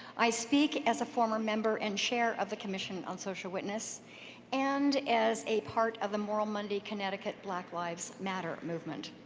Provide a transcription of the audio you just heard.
i speak as a former member and chair of the commission on social witness and as a part of the moral monday connecticut black lives matter movement.